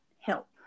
help